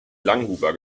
langhuber